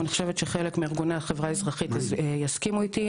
ואני חושבת שחלק מארגוני החברה האזרחית יסכימו איתי,